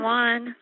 one